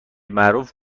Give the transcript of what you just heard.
معروف